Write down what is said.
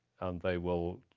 and they will